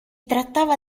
trattava